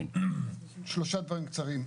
שלושה דברים קצרים.